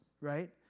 right